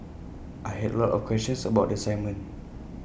I had A lot of questions about the assignment